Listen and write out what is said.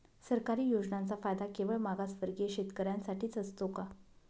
सरकारी योजनांचा फायदा केवळ मागासवर्गीय शेतकऱ्यांसाठीच असतो का?